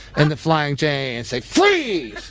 and the flying j and say, freeze!